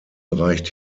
reicht